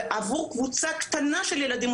ועבור קבוצה קטנה של ילדים,